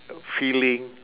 feeling